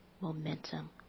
momentum